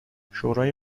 شورای